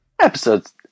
Episodes